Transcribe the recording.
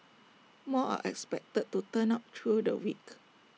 more are expected to turn up through the week